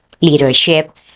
leadership